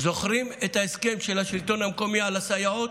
זוכרים את ההסכם של השלטון המקומי בנוגע לסייעות,